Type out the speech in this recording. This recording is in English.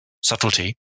subtlety